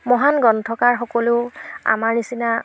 মহান গ্ৰন্থকাৰ সকলো আমাৰ নিচিনা